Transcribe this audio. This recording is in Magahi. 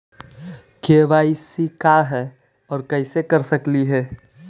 के.वाई.सी का है, और कैसे कर सकली हे?